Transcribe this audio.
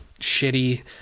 Shitty